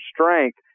strength